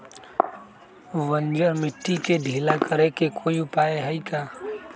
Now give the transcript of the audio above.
बंजर मिट्टी के ढीला करेके कोई उपाय है का?